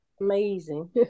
amazing